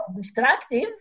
destructive